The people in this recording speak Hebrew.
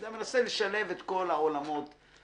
אני מנסה לשלב את כל העולמות האלה.